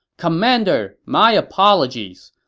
commander, my apologies!